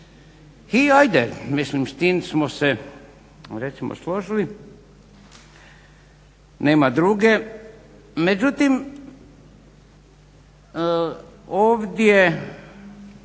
I hajde, mislim s tim smo se recimo složili, nema druge. Međutim, ovdje